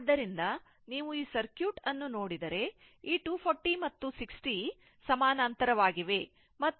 ಆದ್ದರಿಂದ ನೀವು ಈ ಸರ್ಕ್ಯೂಟ್ ಅನ್ನು ನೋಡಿದರೆ ಈ 240 ಮತ್ತು 60 ಮತ್ತು ಸಮಾನಾಂತರವಾಗಿವೆ ಮತ್ತು ಇದು 32 ಆಗಿದೆ